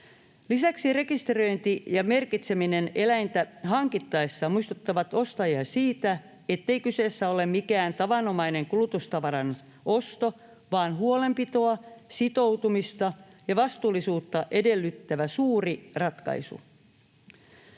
Lisäksi rekisteröinti ja merkitseminen eläintä hankittaessa muistuttavat ostajia siitä, ettei kyseessä ole mikään tavanomainen kulutustavaran osto vaan huolenpitoa, sitoutumista ja vastuullisuutta edellyttävä suuri ratkaisu.